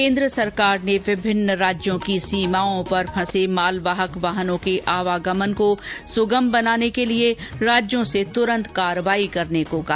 केन्द्र सरकार ने विभिन्न राज्यों की सीमाओं पर फंसे मालवाहक वाहनों के आवागमन को सुगम बनाने के लिए राज्यों से तुरन्त कार्यवाही करने को कहा